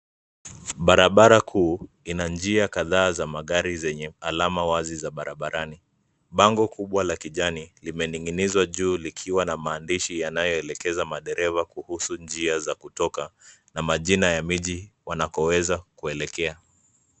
Barabara kuu ina njia kadhaa za magari zenye alama wazi za barabarani. Bango kubwa la kijani limening'inizwa juu likiwa na maandishi yanayoelekeza madereva kuhusu njia za kutoka na majina ya miji wanakoweza kuelekea.